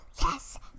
yes